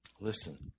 Listen